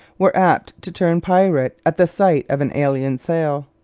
were apt to turn pirate at the sight of an alien sail.